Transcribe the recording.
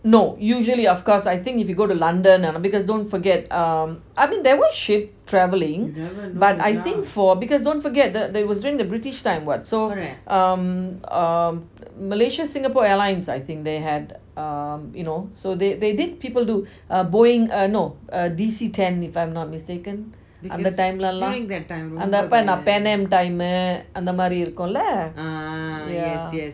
no usually of course I think if you go to london uh because don't forget um I think there were ship travelling but I think for because don't forget that that was during the british time [what] um um malaysia singapore airlines I think they had um you know so they they did people do boeing uh no uh D_C ten if I'm not mistaken அந்த:antha time ளலாம் அந்த பணம்:lalam antha panam time அந்த மாறி இருக்கும்ல:antha maari irukumla yeah